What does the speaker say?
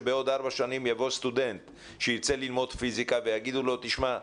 שבעוד ארבע שנים יבוא סטודנט שירצה ללמוד פיסיקה ויגידו לו: תשמע,